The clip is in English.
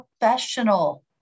professional